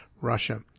Russia